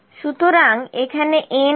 সুতরাং এখানে n কি